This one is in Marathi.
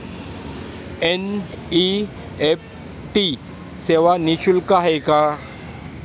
एन.इ.एफ.टी सेवा निःशुल्क आहे का?